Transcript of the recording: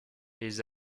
les